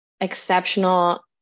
exceptional